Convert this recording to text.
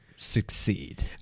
succeed